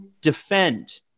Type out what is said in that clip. defend